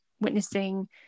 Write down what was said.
witnessing